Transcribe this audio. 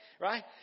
right